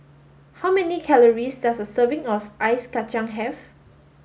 how many calories does a serving of ice Kacang have